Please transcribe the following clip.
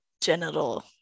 genital